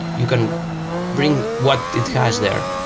you can bring what it has there,